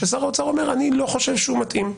כששר האוצר אומר: אני לא חושב שהוא מתאים.